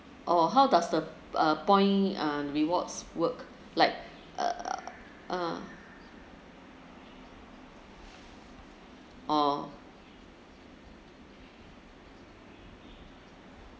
orh how does the uh point uh rewards work like err ah orh